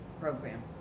program